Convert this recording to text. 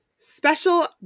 Special